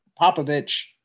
Popovich